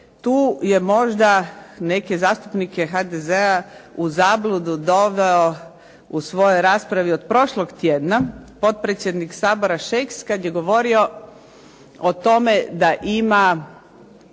tu je možda neke zastupnike HDZ-a u zabludu doveo u svojoj raspravi od prošlog tjedna potpredsjednik Sabora Šeks kad je govorio o tome da ima